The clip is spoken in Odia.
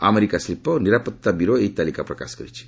ଆମେରିକା ଶିଳ୍ପ ଓ ନିରାପତ୍ତା ବ୍ୟରୋ ଏହି ତାଲିକା ପ୍ରକାଶ କରିଛି